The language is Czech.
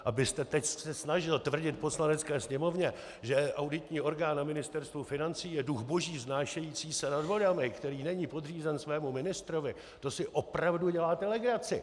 Abyste se teď snažil tvrdit Poslanecké sněmovně, že auditní orgán na Ministerstvu financí je duch boží, vznášející se nad vodami, který není podřízen svému ministrovi, to si opravdu děláte legraci!